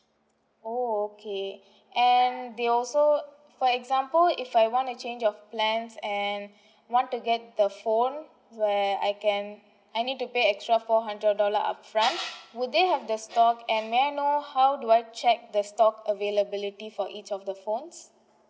orh okay and they also for example if I want to change of plans and want to get the phone where I can I need to pay extra four hundred dollar upfront would they have the stock and may I know how do I check the stock availability for each of the phones